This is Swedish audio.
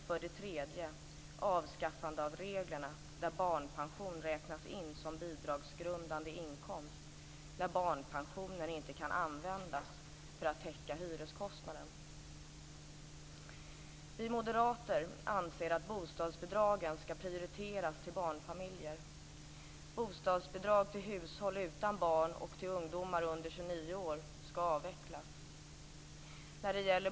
För det tredje bör man avskaffa reglerna om att barnspension skall räknas in som bidragsgrundande inkomst när barnpensionen inte kan användas för att täcka hyreskostnaden. Vi moderater anser att bostadsbidragen till barnfamiljer skall prioriteras. Bostadsbidrag till hushåll utan barn och till ungdomar under 29 år skall avvecklas.